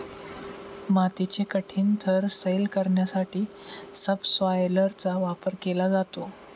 मातीचे कठीण थर सैल करण्यासाठी सबसॉयलरचा वापर केला जातो